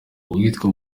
uwitwa